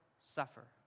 suffer